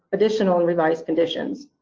additional and revised conditions.